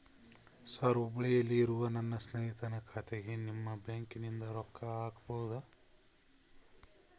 Sir ಹುಬ್ಬಳ್ಳಿಯಲ್ಲಿ ಇರುವ ನನ್ನ ಸ್ನೇಹಿತನ ಖಾತೆಗೆ ನಿಮ್ಮ ಬ್ಯಾಂಕಿನಿಂದ ರೊಕ್ಕ ಹಾಕಬಹುದಾ?